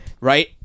right